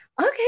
Okay